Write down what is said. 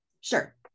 Sure